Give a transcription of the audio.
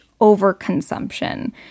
overconsumption